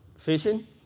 Fishing